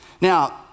Now